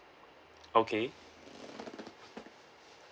okay